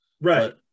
Right